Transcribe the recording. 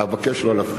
אבקש לא להפריע לי.